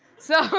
so,